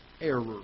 error